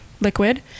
liquid